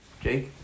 Jake